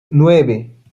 nueve